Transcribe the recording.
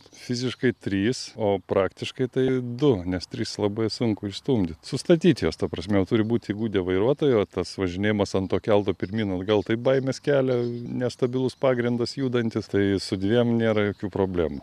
fiziškai trys o praktiškai tai du nes tris labai sunku išstumdyt sustatyt juos ta prasme turi būt įgudę vairuotojai o tas važinėjimas ant to kelto pirmyn atgal taip baimes kelia nestabilus pagrindas judantis tai su dviem nėra jokių problemų